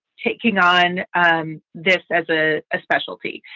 taking on um this as a specialty.